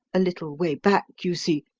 a little way back, you see,